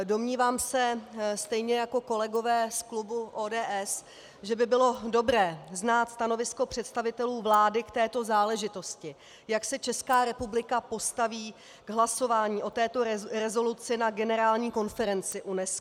Domnívám se stejně jako kolegové z klubu ODS, že by bylo dobré znát stanovisko představitelů vlády k této záležitosti, jak se Česká republika postaví k hlasování o této rezoluci na generální konferenci UNESCO.